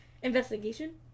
Investigation